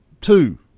Two